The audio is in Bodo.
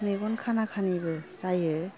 मेगन खाना खानिबो जायो